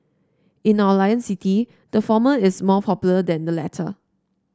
in our lion city the former is more popular than the latter